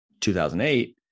2008